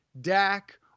Dak